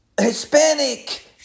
Hispanic